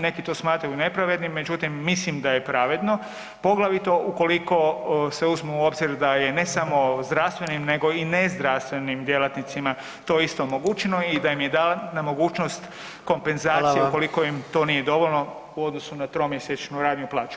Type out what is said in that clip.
Neki to smatraju nepravednim, međutim, mislim da je pravedno, poglavito ukoliko se uzmu u obzir da je, ne samo zdravstvenim nego i nezdravstvenim djelatnicima to isto omogućeno i da im je dana mogućnost kompenzacije [[Upadica: Hvala.]] ukoliko im to nije dovoljno, u odnosu na tromjesečnu raniju plaću.